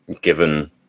given